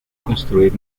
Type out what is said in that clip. construir